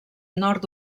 nord